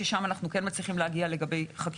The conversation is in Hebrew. שם אנחנו כן מצליחים להגיע לחקירות